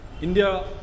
India